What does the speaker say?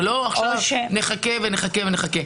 ולא עכשיו נחכה ונחכה.